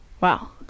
Wow